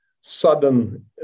sudden